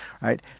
right